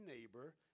neighbor